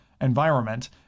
environment